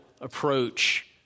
approach